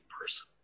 person